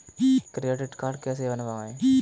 Credit card कैसे बनवाएँ?